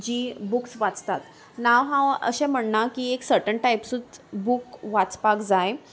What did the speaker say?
जी बुक्स वाचतात नांव हांव अशें म्हणना की एक सर्टन टायप्सूच बूक वाचपाक जाय